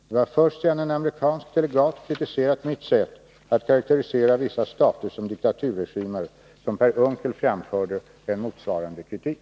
Det var först sedan en amerikansk delegat kritiserat mitt sätt att karakterisera vissa stater som diktaturregimer som Per Unckel framförde en motsvarande kritik.